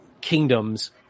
kingdoms